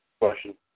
question